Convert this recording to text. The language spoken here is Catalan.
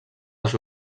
les